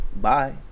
bye